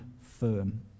firm